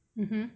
mmhmm